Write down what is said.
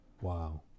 Wow